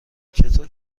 چطور